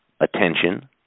attention